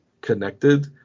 connected